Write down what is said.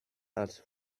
als